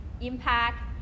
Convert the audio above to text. impact